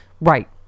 right